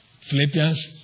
Philippians